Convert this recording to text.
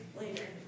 later